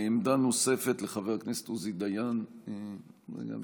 עמדה נוספת, לחבר הכנסת עוזי דיין, בבקשה.